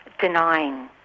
denying